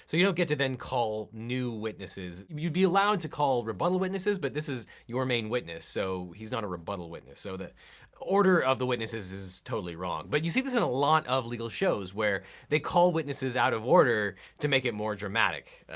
so you don't then get to call new witnesses. you'd be allowed to call rebuttal witnesses, but this is your main witness, so he's not a rebuttal witness. so the order of the witnesses is totally wrong. but you see this in a lot of legal shows where they call witnesses out of order to make it more dramatic.